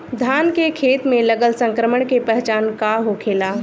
धान के खेत मे लगल संक्रमण के पहचान का होखेला?